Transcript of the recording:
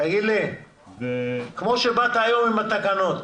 תגיד לי, כמו שבאת היום עם התקנות,